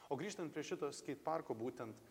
o grįžtant prie šito skeit parko būtent